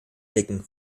blicken